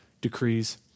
decrees